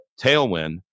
tailwind